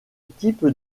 type